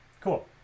Cool